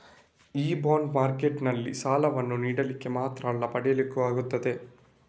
ಈ ಬಾಂಡ್ ಮಾರ್ಕೆಟಿನಲ್ಲಿ ಸಾಲವನ್ನ ನೀಡ್ಲಿಕ್ಕೆ ಮಾತ್ರ ಅಲ್ಲ ಪಡೀಲಿಕ್ಕೂ ಆಗ್ತದೆ